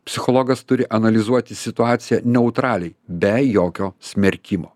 psichologas turi analizuoti situaciją neutraliai be jokio smerkimo